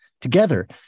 together